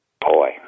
Boy